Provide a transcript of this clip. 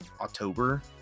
October